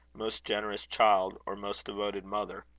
most generous child, or most devoted mother.